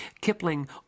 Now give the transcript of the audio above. Kipling